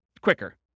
quicker